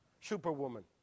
superwoman